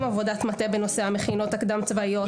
עבודת מטה בנושא המכינות הקדם צבאיות,